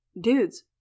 dudes